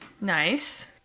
Nice